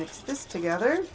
this together